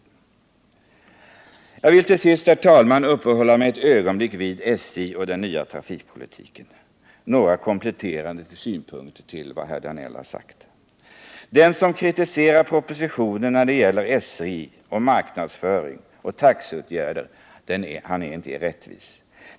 Jag vill också, herr talman, uppehålla mig ett ögonblick vid SJ och den nya trafikpolitiken med några synpunkter för att komplettera vad herr Danell har sagt. Den som kritiserar propositionen när det gäller SJ och dess marknadsföring och taxeåtgärder är inte rättvis.